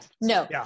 no